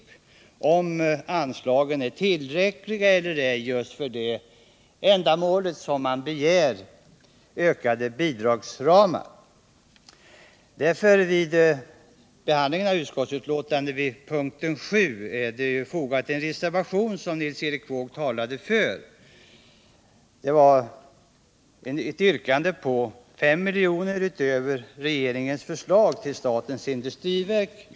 Det kan bero på om anslagen är tillräckliga för just det ändamål för vilket man begär ökade bidragsramar. Vid punkt 7 har fogats en reservation, som Nils-Erik Wååg talade för. Den gäller ett yrkande på 5 milj.kr. utöver regeringens förslag till statens industriverk.